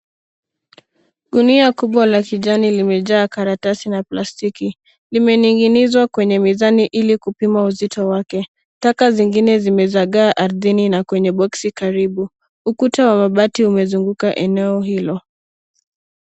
Gunia kubwa la kijani limejaa karatasi na plastiki. Limening'inizwa kwenye mizani ili kupima uzito wake. Taka zingine zimezagaa ardhini na kwenye boksi karibu. Ukuta wa mabati umezunguka eneo hilo.